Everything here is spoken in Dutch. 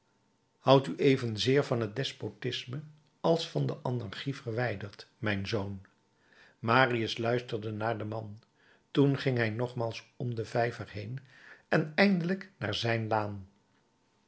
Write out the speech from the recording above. houd u evenzeer van het despotisme als van de anarchie verwijderd mijn zoon marius luisterde naar den man toen ging hij nogmaals om den vijver heên en eindelijk naar zijn laan